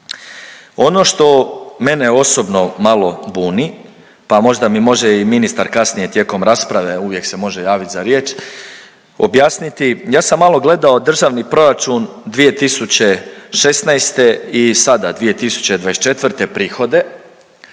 Ono što mene osobno malo buni, pa možda mi može ministar kasnije tijekom rasprave uvijek se može javit za riječ objasniti, ja sam malo gledao državni proračun 2016. i sada 2024. prihode